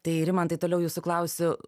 tai rimantai toliau jūsų klausiu